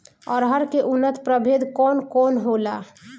अरहर के उन्नत प्रभेद कौन कौनहोला?